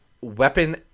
weapon